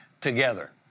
together